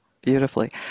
beautifully